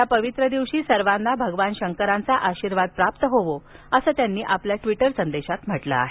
या पवित्र दिवशी सर्वांना भगवान शंकराचा आशीर्वाद प्राप्त होवो असे त्यांनी आपल्या ट्वीटर संदेशात म्हटले आहे